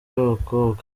b’abakobwa